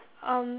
um